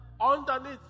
underneath